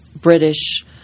British